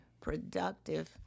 productive